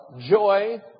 joy